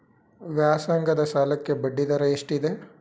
ವ್ಯಾಸಂಗದ ಸಾಲಕ್ಕೆ ಬಡ್ಡಿ ದರ ಎಷ್ಟಿದೆ?